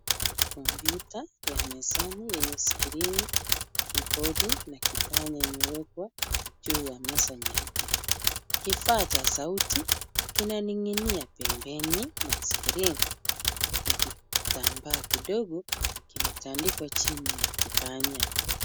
Kompyuta ya mezani yenye screen, key board na kipanya kimewekwa juu ya meza nyeupe. Kifaa cha sauti, kinaning'inia pembeni mwa screen na kii, kitambaa kidogo kimetandikwa chini ya kipanya.